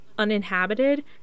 uninhabited